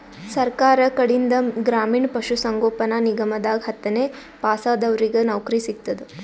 ಸರ್ಕಾರ್ ಕಡೀನ್ದ್ ಗ್ರಾಮೀಣ್ ಪಶುಸಂಗೋಪನಾ ನಿಗಮದಾಗ್ ಹತ್ತನೇ ಪಾಸಾದವ್ರಿಗ್ ನೌಕರಿ ಸಿಗ್ತದ್